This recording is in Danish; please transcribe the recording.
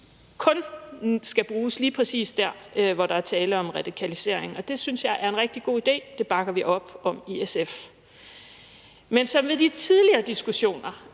kun skal bruges lige præcis der, hvor der er tale om radikalisering. Og det synes jeg er en rigtig god idé – det bakker vi op om i SF. Men som med de tidligere diskussioner